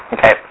Okay